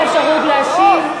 אין לך אפשרות להשיב,